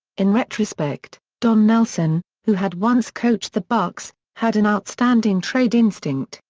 in retrospect, don nelson, who had once coached the bucks, had an outstanding trade instinct,